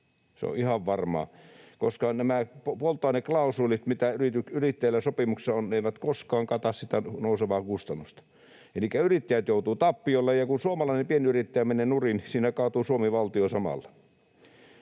se on ihan varmaa, koska nämä polttoaineklausuulit, mitä yrittäjillä sopimuksissa on, eivät koskaan kata sitä nousevaa kustannusta. Elikkä yrittäjät joutuvat tappiolle, ja kun suomalainen pienyrittäjä menee nurin, siinä kaatuu Suomen valtio samalla.